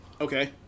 Okay